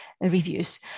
reviews